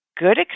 good